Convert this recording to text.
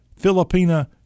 Filipina